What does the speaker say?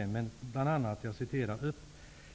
I § 8 sägs: